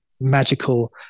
magical